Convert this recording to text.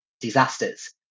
disasters